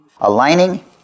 Aligning